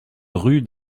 rue